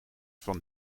van